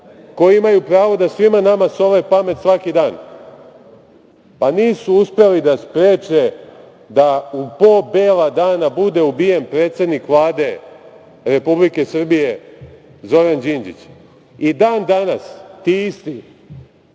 koji imaju pravo da svima nama sole pamet svaki dan, pa nisu uspeli da spreče da u po bela dana bude ubijen predsednik Vlade Republike Srbije Zoran Đinđić. Dan danas ti isti